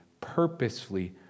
purposefully